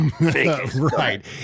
Right